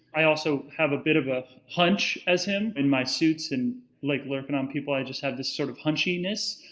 i also have a bit of a pudge as him, in my suits and like lurking on people, i just have this sort of hunchiness.